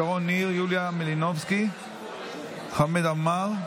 שרון ניר, יוליה מלינובסקי וחמד עמאר,